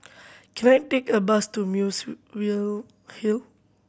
can I take a bus to Muswell Hill